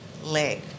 leg